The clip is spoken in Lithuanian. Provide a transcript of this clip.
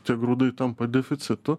tie grūdai tampa deficitu